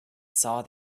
saw